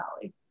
Valley